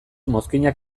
mozkinak